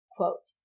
Quote